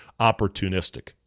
opportunistic